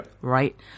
Right